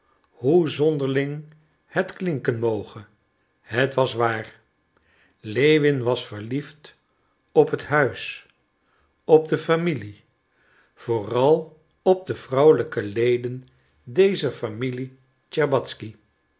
hoe zonderling het klinken moge het was waar lewin was verliefd op het huis op de familie vooral op de vrouwelijke leden dezer familie tscherbatzky